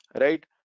right